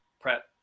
prep